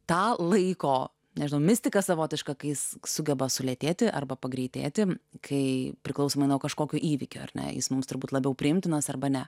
tą laiko nežinau mistiką savotišką kai jis sugeba sulėtėti arba pagreitėti kai priklausomai nuo kažkokio įvykio ar ne jis mums turbūt labiau priimtinas arba ne